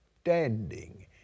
standing